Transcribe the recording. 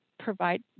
provide